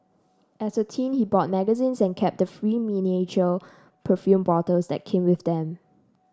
as a teen he bought magazines and kept the free miniature perfume bottles that came with them